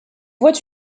voit